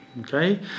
Okay